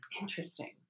Interesting